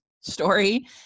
story